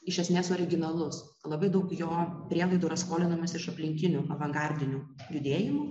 iš esmės originalus labai daug jo prielaidų yra skolinamas iš aplinkinių avangardinių judėjimų